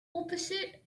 opposite